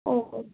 ও ও